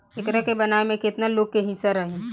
एकरा के बनावे में केतना लोग के हिस्सा रही